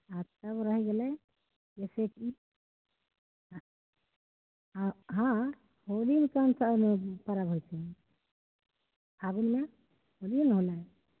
आ तब रैह गेलै जैसे कि हँ हँ हँ होलीमे कोन कोन पर्ब होइ छै फागुनमे होलिए ने होलै